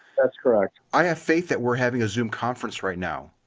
that's correct. i have faith that we're having a so um conference right now.